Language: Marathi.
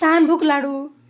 तहानभुक लाडू